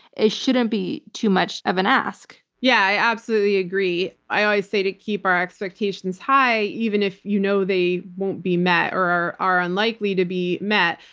it shouldn't be too much of an ask. yeah, i absolutely agree. i always say to keep our expectations high, even if you know they won't be met, or are unlikely to be met.